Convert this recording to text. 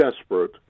desperate